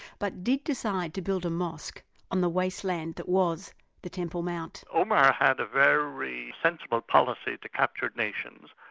but did decide to build a mosque on the wasteland that was the temple mount. omar had a very sensible policy to captured nations.